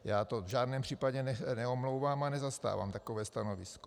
Já to v žádném případě neomlouvám a nezastávám takové stanovisko.